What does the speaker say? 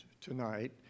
tonight